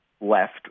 left